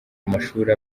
amashuri